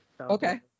Okay